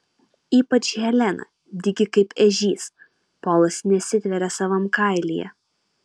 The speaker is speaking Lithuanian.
ypač helena dygi kaip ežys polas nesitveria savam kailyje